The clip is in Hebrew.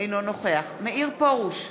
אינו נוכח מאיר פרוש,